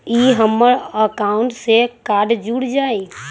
ई हमर अकाउंट से कार्ड जुर जाई?